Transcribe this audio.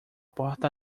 porta